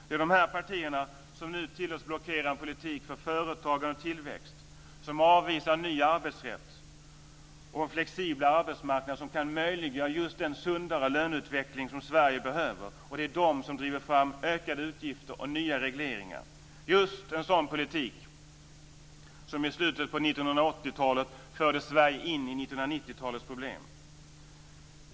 Det är dessa partier som nu tillåts blockera en politik för företagande och tillväxt, som avvisar en ny arbetsrätt och en flexiblare arbetsmarknad som kan möjliggöra just den sundare löneutveckling som Sverige behöver samt som driver fram ökade utgifter och nya regleringar - just en sådan politik som i slutet av 1980 talet förde Sverige in i 1990-talets problem. Fru talman!